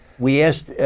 we asked